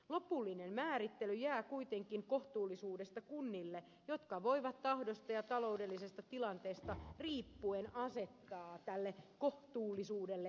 lopullinen määrittely kohtuullisuudesta jää kuitenkin kunnille jotka voivat tahdosta ja taloudellisesta tilanteesta riippuen asettaa tälle kohtuullisuudelle leveät kriteerit